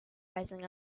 rising